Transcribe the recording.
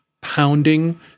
pounding